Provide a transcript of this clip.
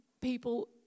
people